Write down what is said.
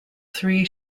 three